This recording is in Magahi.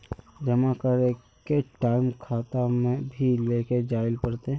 जमा करे के टाइम खाता भी लेके जाइल पड़ते?